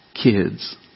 Kids